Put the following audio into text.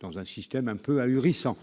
dans un système un peu ahurissant